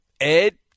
Ed